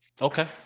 Okay